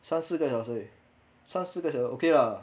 三四个小时而已三四个小时 okay lah